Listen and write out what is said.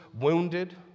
wounded